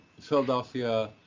Philadelphia